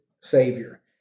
Savior